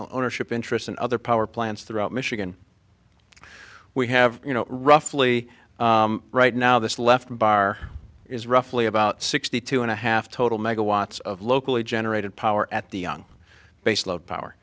ownership interest and other power plants throughout michigan we have you know roughly right now this left bar is roughly about sixty two and a half total megawatts of locally generated power at the young base load power